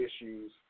issues